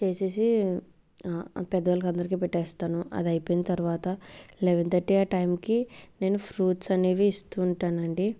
చేసేసి పెద్ద వాళ్ళకి అందరికి పెట్టేస్తాను అది అయిపోయిన తర్వాత లెవెన్ థర్టీ ఆ టైంకి నేను ఫ్రూట్స్ అనేవి ఇస్తూ ఉంటానండి